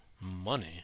money